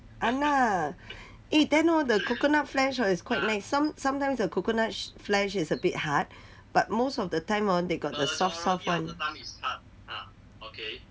!anna! eh then orh the coconut flesh orh is quite nice some sometimes the coconut flesh is a bit hard but most of the time orh they got the soft soft [one]